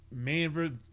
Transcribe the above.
Manver